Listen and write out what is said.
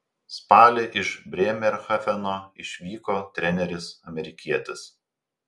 spalį iš brėmerhafeno išvyko treneris amerikietis